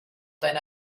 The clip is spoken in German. deine